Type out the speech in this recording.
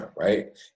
right